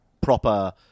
proper